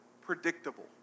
predictable